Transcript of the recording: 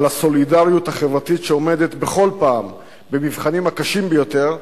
על הסולידריות החברתית שעומדת בכל פעם במבחנים הקשים ביותר,